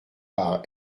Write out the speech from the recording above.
par